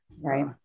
right